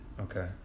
Okay